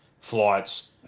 flights